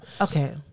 Okay